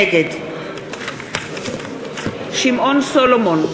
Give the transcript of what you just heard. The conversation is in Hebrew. נגד שמעון סולומון,